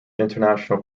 international